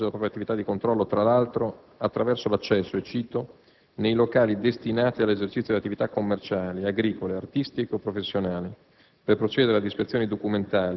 gli uffici dell'Agenzia possono svolgere la propria attività di controllo, tra l'altro, attraverso l'accesso - cito testualmente - «nei locali destinati all'esercizio di attività commerciali, agricole, artistiche o professionali